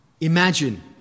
Imagine